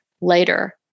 later